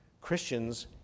Christians